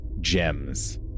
gems